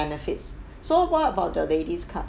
benefits so what about the lady's card